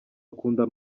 akunda